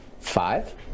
Five